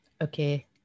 Okay